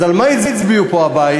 אז על מה הצביעו פה בבית?